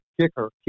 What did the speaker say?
kicker